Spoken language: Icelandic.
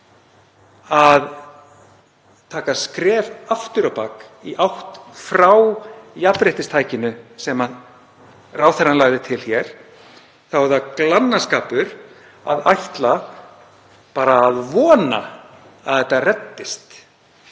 að taka skref aftur á bak, í átt frá jafnréttistækinu sem ráðherrann lagði til hér, þá er glannaskapur að ætla bara að vona að þetta reddist.